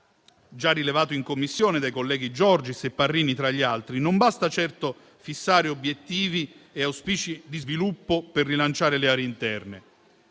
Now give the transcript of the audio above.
già rilevato in Commissione dai colleghi Giorgis e Parrini tra gli altri. Non basta certo fissare obiettivi e auspici di sviluppo per rilanciare le aree interne,